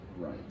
right